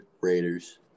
Raiders